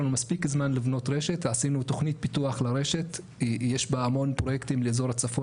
אין מספיק רשת; הרשת תתפתח בצורה